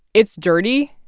it's dirty,